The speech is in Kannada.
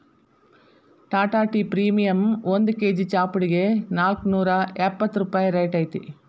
ಟಾಟಾ ಟೇ ಪ್ರೇಮಿಯಂ ಒಂದ್ ಕೆ.ಜಿ ಚಾಪುಡಿಗೆ ನಾಲ್ಕ್ನೂರಾ ಎಪ್ಪತ್ ರೂಪಾಯಿ ರೈಟ್ ಐತಿ